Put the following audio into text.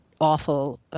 awful